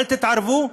אל תתערבו,